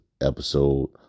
episode